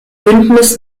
bündnis